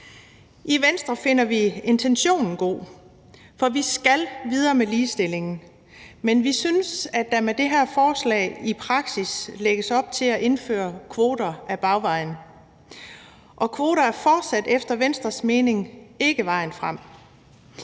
I Venstre finder vi intentionen god, for vi skal videre med ligestillingen, men vi synes, at der med det her forslag i praksis lægges op til at indføre kvoter ad bagvejen, og kvoter er fortsat efter Venstres mening ikke vejen frem.